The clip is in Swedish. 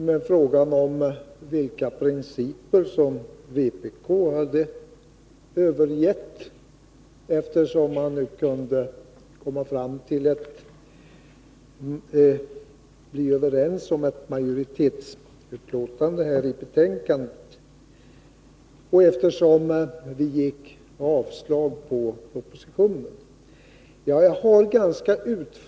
Han frågade vilka principer som vpk hade övergivit, eftersom vi först yrkat avslag på propositionen och sedan kunnat komma överens med socialdemokraterna om en majoritetsskrivning i betänkandet.